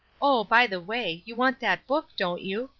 oh, by the way, you want that book, don't you?